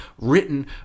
written